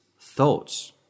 Thoughts